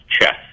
chess